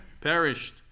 perished